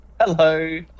Hello